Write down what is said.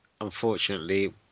unfortunately